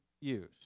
use